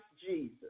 Jesus